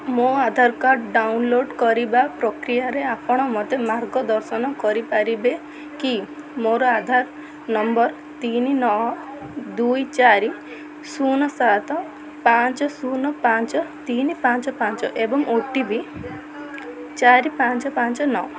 ମୋ Aadhaar card download କରିବା ପ୍ରକ୍ରିୟାରେ ଆପଣ ମୋତେ ମାର୍ଗ ଦର୍ଶନ କରିପାରିବେ କି ମୋର ଆଧାର ନମ୍ବର ତିନି ନଅ ଦୁଇ ଚାରି ଶୂନ ସାତ ପାଞ୍ଚ ଶୂନ ପାଞ୍ଚ ତିନି ପାଞ୍ଚ ପାଞ୍ଚ ଏବଂ ଓ ଟି ପି ଚାରି ପାଞ୍ଚ ପାଞ୍ଚ ନଅ